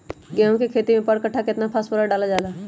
गेंहू के खेती में पर कट्ठा केतना फास्फोरस डाले जाला?